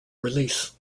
release